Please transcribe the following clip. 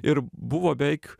ir buvo beveik